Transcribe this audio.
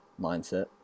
mindset